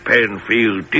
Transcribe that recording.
Penfield